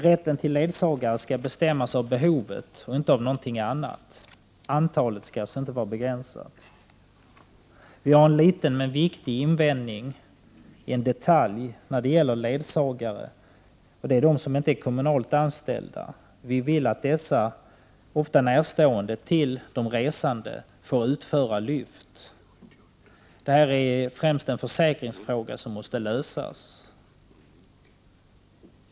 Rätten till ledsagare skall bestämmas av behovet och inte av någonting annat. Antalet skall alltså inte vara begränsat. Vi har en liten men viktig invändning, en detalj, när det gäller ledsagare. Det gäller person som inte är kommunalt anställd men som ofta står den resande nära. Vi vill att en sådan person skall få utföra lyft. Här rör det sig främst om en försäkringsfråga som måste lösas.